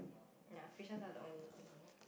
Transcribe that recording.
ya fishes are the only animal